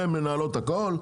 הן מנהלות הכול.